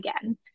again